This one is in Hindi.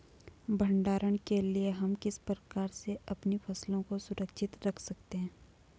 भंडारण के लिए हम किस प्रकार से अपनी फसलों को सुरक्षित रख सकते हैं?